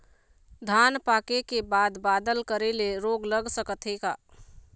धान पाके के बाद बादल करे ले रोग लग सकथे का?